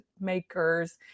makers